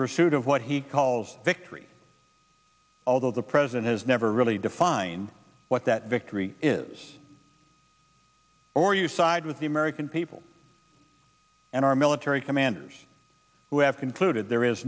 pursuit of what he calls victory although the president has never really defined what that victory is or you side with the american people and our military commanders who have concluded there is